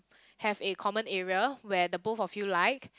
have a common area where the both of you like